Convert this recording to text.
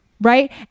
Right